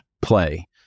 play